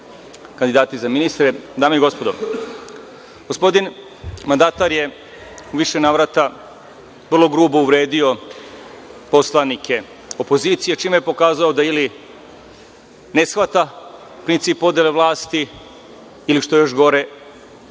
kandidati za ministre, dame i gospodo, gospodine mandatar je u više navrata vrlo grubo uvredio poslanike opozicije čime je pokazao da ili ne shvata princip podele vlasti ili, što je još gore,